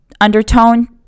undertone